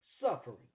suffering